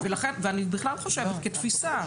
אני בכלל חושבת כתפיסה,